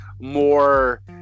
more